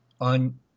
on